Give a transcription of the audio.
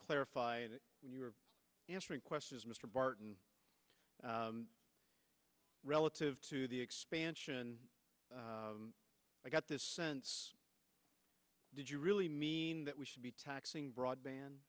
clarify when you were answering questions mr barton relative to the expansion i got this sense did you really mean that we should be taxing broadband